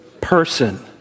Person